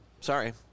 Sorry